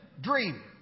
dream